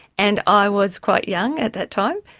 and i was quite young at that time,